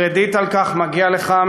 הקרדיט על כך מגיע לך,